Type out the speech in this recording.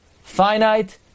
Finite